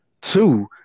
Two